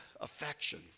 affection